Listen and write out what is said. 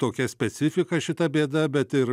tokia specifika šita bėda bet ir